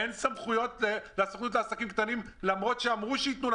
אין סמכויות לסוכנות לעסקים קטנים למרות שאמרו שייתנו לה